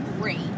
great